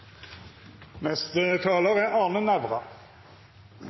Neste taler er